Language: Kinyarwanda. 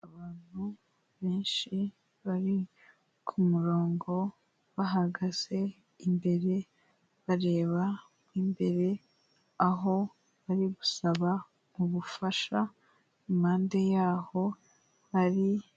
Abantu benshi bari ku murongo bahagaze, imbere bareba imbere, aho bari gusaba ubufasha impande yaho bari.